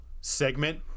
segment